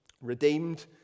redeemed